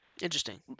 Interesting